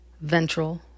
ventral